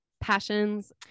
passions